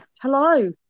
Hello